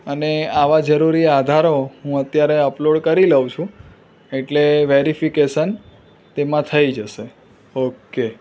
અને આવા જરૂરી આધારો હું અત્યારે અપલોડ કરી લઉં છું એટલે વેરિફિકેશન તેમાં થઈ જશે ઓકે